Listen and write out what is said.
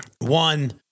One